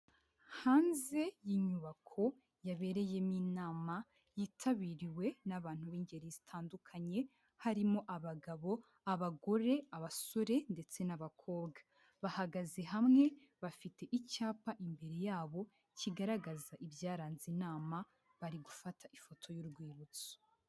Hanze y'inyubako yabereyemo inama yitabiriwe n'abantu b'ingeri zitandukanye harimo abagabo, abagore, abasore ndetse n'abakobwa. Bahagaze hamwe bafite icyapa imbere yabo kigaragaza ibyaranze inama bari gufata ifoto y'urwibutso.